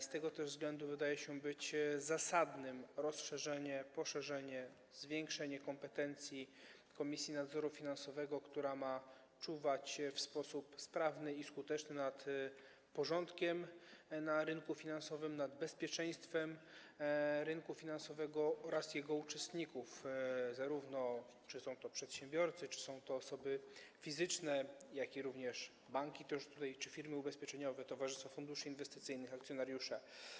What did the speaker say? Z tego też względu wydaje się zasadne rozszerzenie, poszerzenie, zwiększenie kompetencji Komisji Nadzoru Finansowego, która ma czuwać w sposób sprawny i skuteczny nad porządkiem na rynku finansowym, nad bezpieczeństwem rynku finansowego oraz jego uczestników, którymi są zarówno czy to przedsiębiorcy, czy osoby fizyczne, jak i banki czy firmy ubezpieczeniowe, towarzystwa funduszy inwestycyjnych, akcjonariusze.